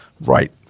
right